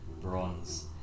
Bronze